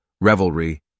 revelry